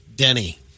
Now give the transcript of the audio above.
Denny